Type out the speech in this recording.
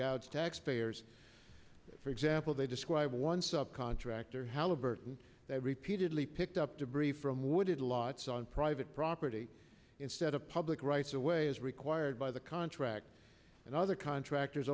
god's taxpayers for example they describe one subcontractor halliburton that repeatedly picked up debris from wooded lots on private property instead of public rights away as required by the contract and other contractors